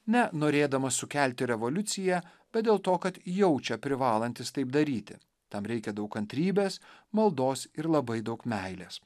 ne norėdamas sukelti revoliuciją bet dėl to kad jaučia privalantis taip daryti tam reikia daug kantrybės maldos ir labai daug meilės